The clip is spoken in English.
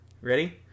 Ready